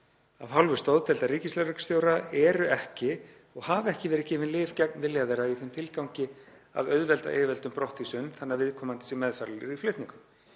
af hálfu stoðdeildar ríkislögreglustjóra, eru ekki og hafa ekki verið gefin lyf gegn vilja þeirra í þeim tilgangi að auðvelda yfirvöldum brottvísun þannig að viðkomandi sé meðfærilegur í flutningum.